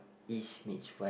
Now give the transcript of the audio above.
East meets West